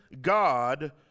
God